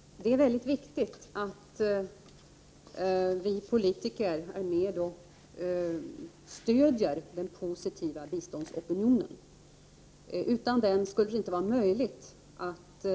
Herr talman! Det är mycket viktigt att vi politiker är med och stöder den positiva biståndsopinionen. Utan den skulle det inte vara möjligt att